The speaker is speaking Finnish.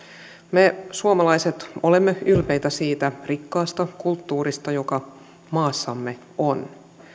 me suomalaiset olemme ylpeitä siitä rikkaasta kulttuurista joka maassamme on